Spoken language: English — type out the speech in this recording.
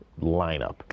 lineup